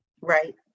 right